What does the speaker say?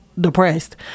depressed